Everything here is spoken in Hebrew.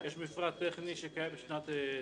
יש מפרט טכני שקיים משנת 95'